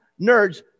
nerds